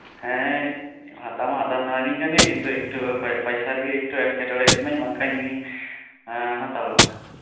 ᱦᱮᱸ ᱦᱟᱛᱟᱣ ᱢᱟ ᱦᱟᱛᱟᱣ ᱥᱟᱱᱟᱭᱤᱧ ᱠᱟᱱᱜᱮ ᱠᱤᱱᱛᱩ ᱯᱚᱭᱥᱟ ᱜᱮ ᱮᱠᱴᱩ ᱮᱸᱴᱠᱮᱴᱚᱬᱮᱜ ᱠᱟᱱᱟᱧ ᱵᱟᱝᱠᱷᱟᱱ ᱦᱟᱛᱟᱣᱟ